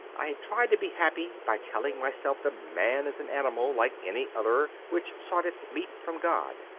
i had tried to be happy by telling myself that man is an animal, like any other which sought its meat from god.